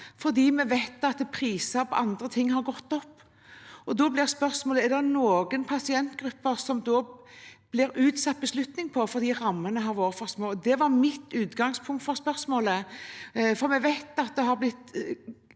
siden vi vet at priser på andre ting har gått opp. Da blir spørsmålet: Er det noen pasientgrupper som det da blir utsatt beslutning for fordi rammene har vært for små? Det var mitt utgangspunkt for spørsmålet, for vi vet at det har blitt